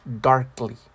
darkly